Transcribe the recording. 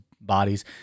bodies